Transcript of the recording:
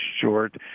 short